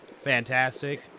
fantastic